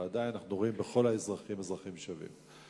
ועדיין אנחנו רואים בכל האזרחים אזרחים שווים.